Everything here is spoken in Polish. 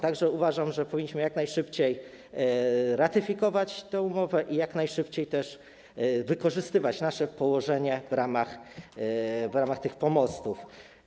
Tak że uważam, że powinniśmy jak najszybciej ratyfikować tę umowę i jak najszybciej wykorzystywać nasze położenie w ramach tych pomostów.